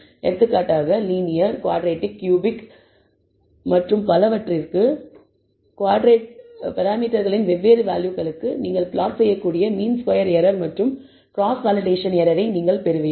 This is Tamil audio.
எடுத்துக்காட்டாக லீனியர் குவாட்ரடிக் க்யூபிக் மற்றும் பலவற்றிற்கு பராமீட்டர்களின் வெவ்வேறு வேல்யூகளுக்கு நீங்கள் பிளாட் செய்யக்கூடிய மீன் ஸ்கொயர் எரர் மற்றும் கிராஸ் வேலிடேஷன் எரர் ஐ பெறுவீர்கள்